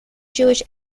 jewish